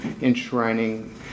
enshrining